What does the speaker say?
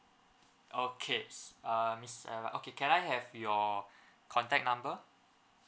okay s~ uh miss sarah okay can I have your contact number